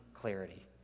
clarity